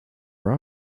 were